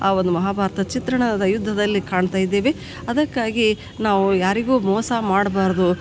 ಆ ಒಂದು ಮಹಾಭಾರತ ಚಿತ್ರಣದ ಯುದ್ಧದಲ್ಲಿ ಕಾಣ್ತಾ ಇದ್ದೇವೆ ಅದಕ್ಕಾಗಿ ನಾವು ಯಾರಿಗೂ ಮೋಸ ಮಾಡಬಾರ್ದು